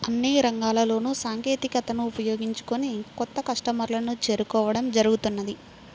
అన్ని రంగాల్లోనూ సాంకేతికతను ఉపయోగించుకొని కొత్త కస్టమర్లను చేరుకోవడం జరుగుతున్నది